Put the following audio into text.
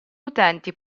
utenti